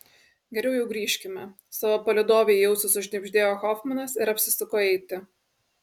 geriau jau grįžkime savo palydovei į ausį sušnibždėjo hofmanas ir apsisuko eiti